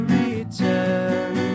return